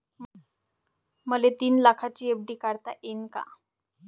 मले तीन लाखाची एफ.डी काढता येईन का?